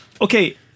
okay